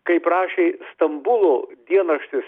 kaip rašė stambulo dienraštis